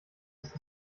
ist